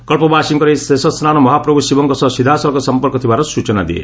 କଳ୍ପବାସୀଙ୍କର ଏହି ଶେଷ ସ୍ନାନ ମହାପ୍ରଭ୍ତ ଶିବଙ୍କ ସହ ସିଧାସଳଖ ସମ୍ପର୍କ ଥିବାର ସ୍ୱଚନା ଦିଏ